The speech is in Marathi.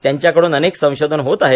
त्यांच्या कडून अनेक संशोधन होत आहेत